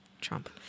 Trump